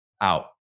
out